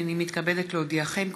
הינני מתכבדת להודיעכם,